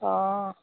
অ